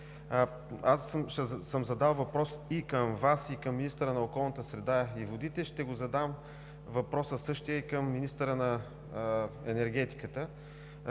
аз съм задал въпрос и към Вас, и към министъра на околната среда и водите, ще задам същия въпрос и към министъра на енергетиката.